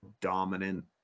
dominant